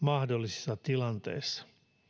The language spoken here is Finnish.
mahdollisissa tilanteissa